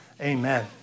Amen